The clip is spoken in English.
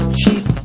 cheap